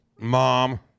mom